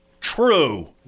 true